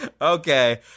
Okay